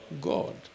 God